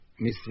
Miss